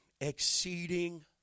exceeding